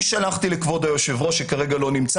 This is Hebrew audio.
אני שלחתי לכבוד היושב ראש שכרגע לא נמצא